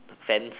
fence